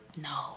No